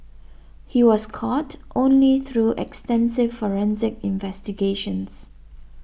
he was caught only through extensive forensic investigations